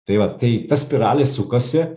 tai va tai ta spiralė sukasi